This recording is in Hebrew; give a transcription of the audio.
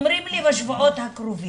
אומרים לי בשבועות הקרובים.